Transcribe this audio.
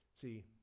See